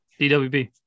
DWB